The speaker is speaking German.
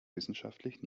wissenschaftlich